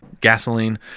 gasoline